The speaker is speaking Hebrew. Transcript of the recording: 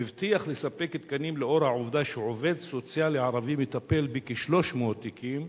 הבטיח לספק תקנים לאור העובדה שעובד סוציאלי ערבי מטפל בכ-300 תיקים,